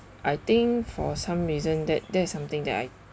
I think for some reason that that is something that I